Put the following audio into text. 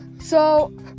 so-